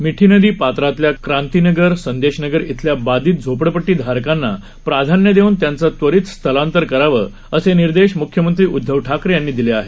मिठी नदी पात्रातल्या क्रांती नगर संदेश नगर इथल्या बाधित झोपडपट्टीधारकांना प्राधान्य देऊन त्यांचं त्वरित स्थलांतर करावं असे निर्देश म्ख्यमंत्री उद्धव ठाकरे यांनी दिले आहेत